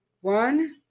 one